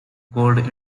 gold